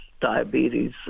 diabetes